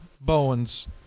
Bowens